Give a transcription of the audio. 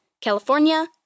California